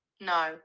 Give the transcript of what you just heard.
No